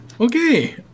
Okay